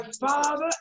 father